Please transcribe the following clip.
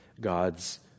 God's